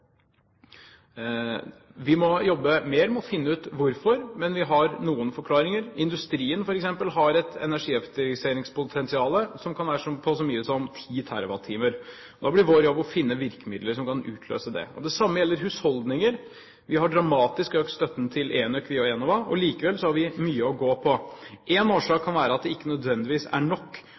Vi må jobbe mer med å finne ut hvorfor, men vi har noen forklaringer. Industrien, f.eks., har et energieffektiviseringspotensial som kan være på så mye som 10 TWh. Da blir vår jobb å finne virkemidler som kan utløse det. Det samme gjelder husholdninger. Vi har dramatisk økt støtten til ENØK via Enova, og likevel har vi mye å gå på. En årsak kan være at det ikke nødvendigvis er nok